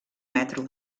metro